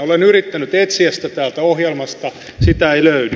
olen yrittänyt etsiä sitä täältä ohjelmasta sitä ei löydy